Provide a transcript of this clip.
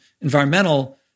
environmental